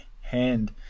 hand